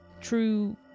true